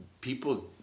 people